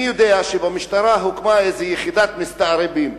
אני יודע שבמשטרה הוקמה איזו יחידת מסתערבים.